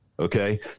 Okay